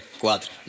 cuatro